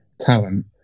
talent